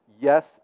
yes